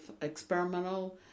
experimental